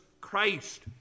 Christ